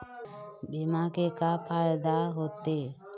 बीमा के का फायदा होते?